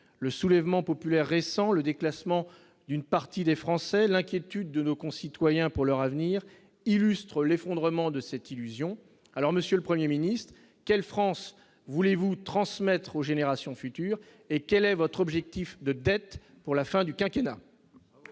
le soulèvement populaire récents le déclassement d'une partie des Français, l'inquiétude de nos concitoyens pour leur avenir, illustre l'effondrement de cette illusion, alors Monsieur le 1er ministre quelle France voulez-vous transmettre aux générations futures et quel est votre objectif de dette pour la fin du quinquennat.